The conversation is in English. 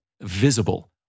visible